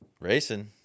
Racing